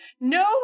no